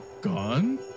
Gone